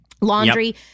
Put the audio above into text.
Laundry